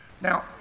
Now